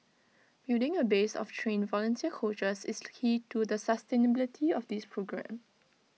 building A base of trained volunteer coaches is the key to the sustainability of this programme